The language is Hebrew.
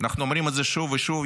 אנחנו אומרים את זה שוב ושוב,